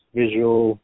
visual